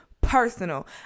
personal